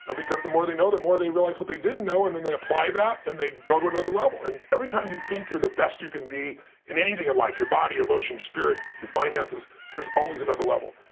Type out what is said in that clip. and because the more they know, the more they realize what they didn't know. and then they apply that, and they go to another level. and every time, you think you're the best you can be in anything in life your body, your emotions, your spirit, your finances there's always another level.